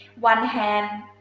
one hand,